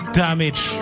damage